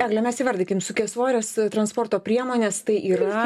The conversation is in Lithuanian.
egle mes įvardykim sunkiasvorės transporto priemonės tai yra